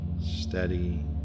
steady